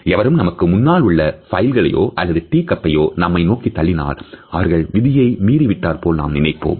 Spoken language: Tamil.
எவரும் நமக்கு முன்னால் உள்ள பைல்லையோ அல்லது டீக்கப்பைய்யோ நம்மை நோக்கி தள்ளினால் அவர்கள் விதியை மீறிவிட்டார் போல் நினைப்போம்